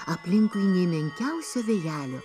aplinkui nė menkiausio vėjelio